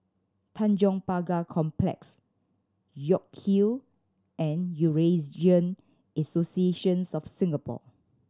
Tanjong Pagar Complex York Hill and Eurasian Associations of Singapore